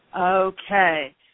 Okay